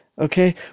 Okay